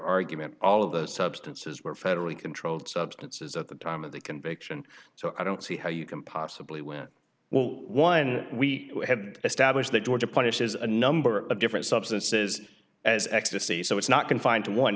argument all of the substances were federally controlled substances at the time of the conviction so i don't see how you can possibly when well one we had established that georgia punished as a number of different substances as ecstasy so it's not confined to one